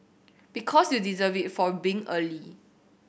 because you deserve it for being early